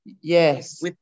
Yes